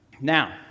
Now